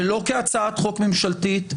ולא כהצעת חוק ממשלתית,